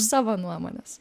savo nuomonės